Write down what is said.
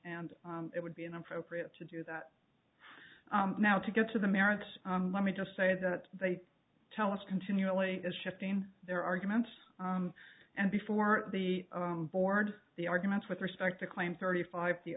and it would be inappropriate to do that now to get to the merits let me just say that they tell us continually as shifting their arguments and before the board the arguments with respect to claim thirty five the